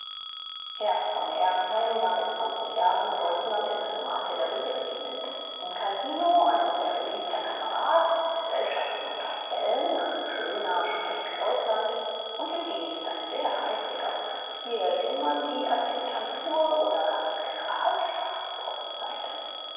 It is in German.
erb von erbenheim war mit zwanzig jahren leutnant in einem artillerieregiment im kasino ein sehr beliebter kamerad in gesellschaften und auf bällen ein schöner schneidiger leutnant und im dienst ein sehr eifriger offizier dem man die adjutantur oder gar den generalstab prophezeite